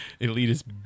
Elitist